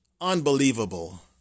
Unbelievable